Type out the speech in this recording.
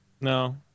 No